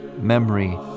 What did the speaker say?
memory